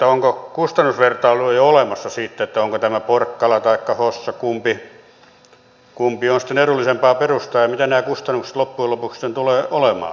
onko kustannusvertailua jo olemassa siitä kumpi on sitten edullisempaa perustaa porkkala taikka hossa ja mitä nämä kustannukset loppujen lopuksi sitten tulevat olemaan